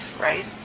right